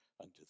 unto